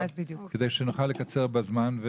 כך שנוכל לקצר בזמן,